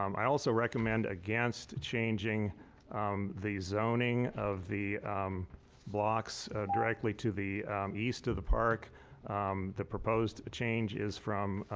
um i also recommend against changing um the zoning of the blocks directly to the east of the park the proposed change is from